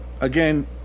Again